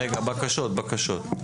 בקשות.